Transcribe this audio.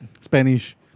Spanish